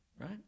right